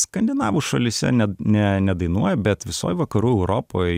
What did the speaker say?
skandinavų šalyse ne ne nedainuoja bet visoj vakarų europoj